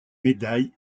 médailles